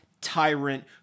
tyrant